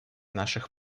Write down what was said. наших